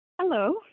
Hello